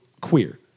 queer